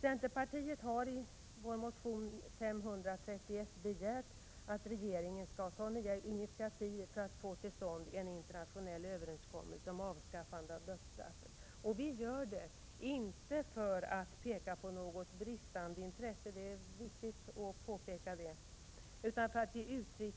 Centerpartiet har i motion 531 begärt att regeringen skall ta nya initiativ för att få till stånd en internationell överenskommelse om avskaffande av dödsstraffet. Vi gör det inte för att peka på något bristande intresse — det är viktigt att understryka — utan för att ge uttryck